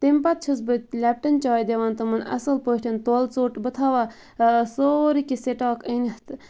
تمہِ پَتہٕ چھَس بہٕ لیٚپٹَن چاے دِوان تِمَن اصٕل پٲٹھۍ تولہٕ ژوٚٹ بہٕ تھاوان سورٕے کینٛہہ سٹاک أنِتھ